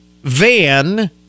van